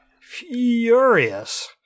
furious